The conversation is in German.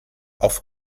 auf